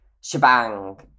shebang